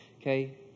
Okay